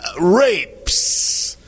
Rapes